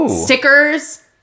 stickers